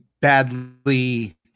badly